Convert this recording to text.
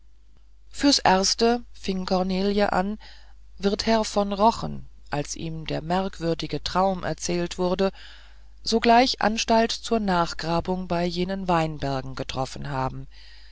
fürs erste fing cornelie an wird herr von rochen als ihm der merkwürdige traum erzählt wurde sogleich anstalt zur nachgrabung bei jenen weinbergen getroffen haben